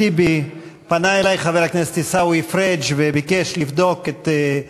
יש לי הצעת חוק לפיקוח על פערי